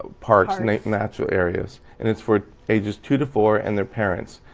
parks like natural areas and it's for ages two to four and their parents.